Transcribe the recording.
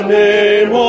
name